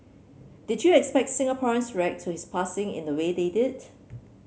did you expect Singaporeans react to his passing in the way they did